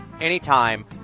anytime